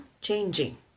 changing